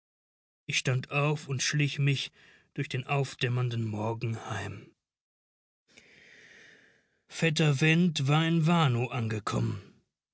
ich stand auf und schlich mich durch den aufdämmernden morgen heim vetter went war in warnow angekommen